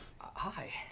Hi